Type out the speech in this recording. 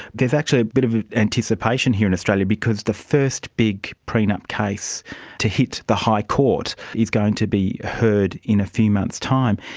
there is actually a bit of anticipation here in australia because the first big prenup case to hit the high court is going to be heard in a few months' time.